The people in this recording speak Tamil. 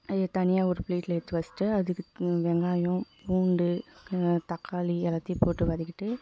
அதை தனியாக ஒரு ப்ளேட்டில் எடுத்து வச்சுட்டு அதுக்கு வெங்காயம் பூண்டு தக்காளி எல்லாத்தையும் போட்டு வதக்கிவிட்டு